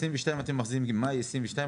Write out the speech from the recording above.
ממאי 2022,